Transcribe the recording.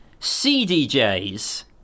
CDJs